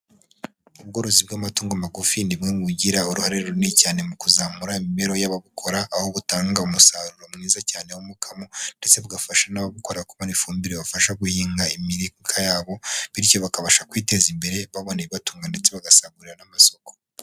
Ubworozi bw'amatungo magufi ni bumwe mu bugira uruhare runini cyane mu kuzamura imibereho y'ababukora, aho butanga umusaruro mwiza cyane w'umukamo, ndetse bugafasha n'ababukora kubona ifumbire ibafasha guhinga imirika yabo, bityo bakabasha kwiteza imbere babona ibi ibatunga ndetse bagasagurira n'amasoko.